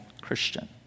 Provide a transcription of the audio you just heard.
Christian